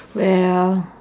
well